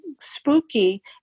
Spooky